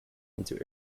into